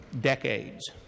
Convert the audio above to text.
decades